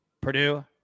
Purdue